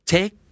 Take